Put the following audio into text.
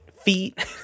feet